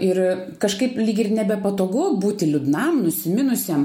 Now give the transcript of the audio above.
ir kažkaip lyg ir nebepatogu būti liūdnam nusiminusiam